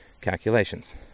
calculations